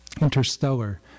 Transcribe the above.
interstellar